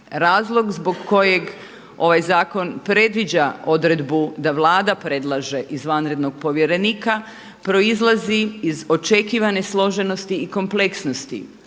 Razlog zbog kojega ovaj zakon predviđa odredbu da Vlada predlaže izvanrednog povjerenika proizlazi iz očekivane složenosti i kompleksnosti